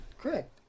Correct